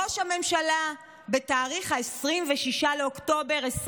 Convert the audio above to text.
ראש הממשלה בתאריך 26 באוקטובר 2022,